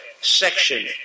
section